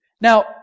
Now